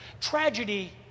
Tragedy